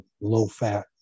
low-fat